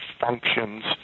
functions